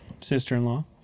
sister-in-law